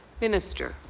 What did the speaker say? minister.